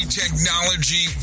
technology